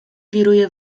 wiruje